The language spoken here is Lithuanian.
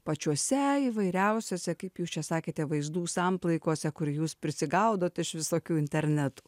pačiose įvairiausiose kaip jūs čia sakėte vaizdų samplaikose kur jūs prisigaudot iš visokių internetų